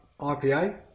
IPA